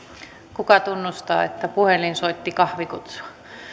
kuka tunnustaa että puhelin soitti kahvikutsua